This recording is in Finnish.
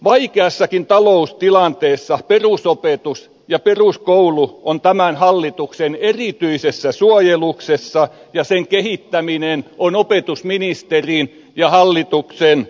vaikeassakin taloustilanteessa perusopetus ja peruskoulu ovat tämän hallituksen erityisessä suojeluksessa ja niiden kehittäminen on opetusministerin ja hallituksen silmäterä